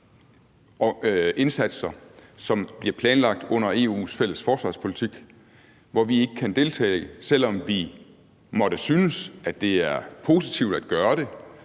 indsatser, som bliver planlagt under EU's fælles forsvarspolitik, hvor vi ikke kan deltage, selv om vi måtte synes, at det er positivt at gøre det,